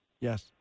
Yes